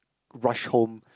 rush home